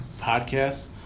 podcasts